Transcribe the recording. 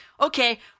okay